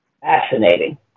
Fascinating